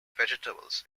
vegetables